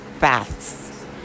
baths